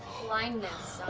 blindness